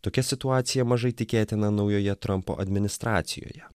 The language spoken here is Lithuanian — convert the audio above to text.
tokia situacija mažai tikėtina naujoje trampo administracijoje